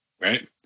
right